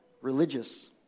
religious